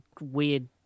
weird